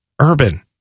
urban